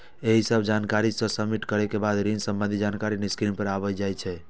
एहि सब जानकारी कें सबमिट करै के बाद ऋण संबंधी जानकारी स्क्रीन पर आबि जाइ छै